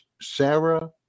Sarah